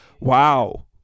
wow